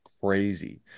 crazy